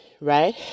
right